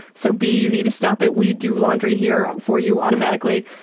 so b you need to stop it, we do laundry here for you automatically.